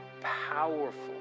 powerful